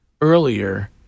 earlier